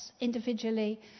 individually